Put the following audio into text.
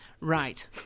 Right